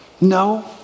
No